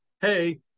Hey